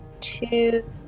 two